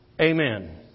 Amen